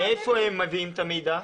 ומאיפה הם מביאים את המידע?